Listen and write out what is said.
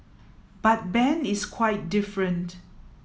but Ben is quite different